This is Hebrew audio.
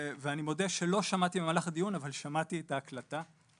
ואני מודה שלא שמעתי במהלך הדיון אבל שמעתי את ההקלטה,